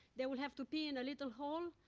they would have to pee in a little hole,